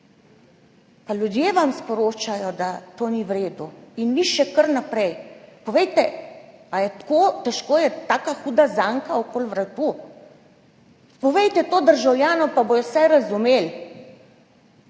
ljudje vam sporočajo, da to ni vredu in vi še kar naprej. Povejte, a je tako težko, je taka huda zanka okoli vratu? Povejte to državljanom in bodo vse razumeli,